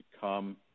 come